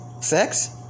Sex